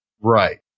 Right